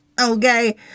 Okay